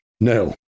No